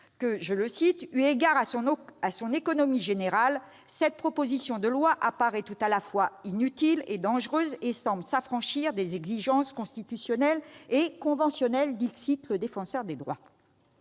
remise, que, « eu égard à son économie générale, cette proposition de loi apparaît tout à la fois inutile et dangereuse et semble s'affranchir des exigences constitutionnelles et conventionnelles ». En droit